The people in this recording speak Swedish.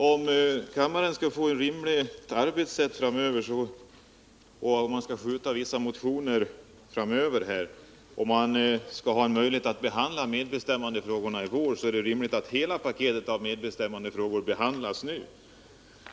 Herr talman! För att kammaren skall kunna behandla medebestämmanrdefrågorna på ett acceptabelt sätt bör dessa tas upp i vår, men det är i så fall rimligt att hela paketet med medbestämmandefrågor behandlas nu.